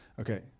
Okay